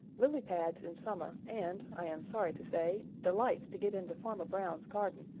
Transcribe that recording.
lily pads in summer and, i am sorry to say, delights to get into farmer brown's garden,